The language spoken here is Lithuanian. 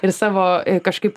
ir savo kažkaip